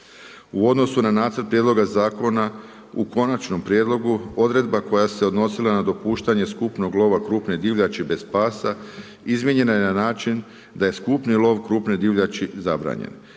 U odnosu na nacrt prijedloga zakona, u konačnom prijedlogu, odredba koja se odnosila na dopuštanje skupnog lova krupne divljači bez pasa, izmijenjena je na način da je skupni lov krupne divljači zabranjen.